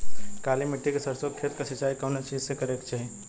काली मिट्टी के सरसों के खेत क सिंचाई कवने चीज़से करेके चाही?